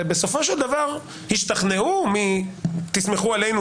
ובסופו של דבר השתכנעו מ"תסמכו עלינו,